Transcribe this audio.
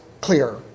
clear